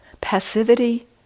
passivity